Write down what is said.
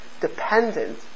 dependent